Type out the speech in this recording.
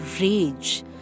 rage